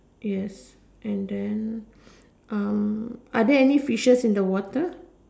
yes and then um are there any fishes in the water